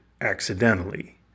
accidentally